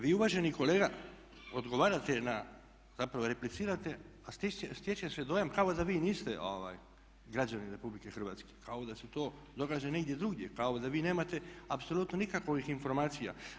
Vi uvaženi kolega odgovarate na, zapravo replicirate, a stječe se dojam kao da vi niste građanin Republike Hrvatske, kao da se to događa negdje drugdje, kao da vi nemate apsolutno nikakvih informacija.